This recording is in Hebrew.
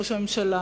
ראש הממשלה,